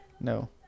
No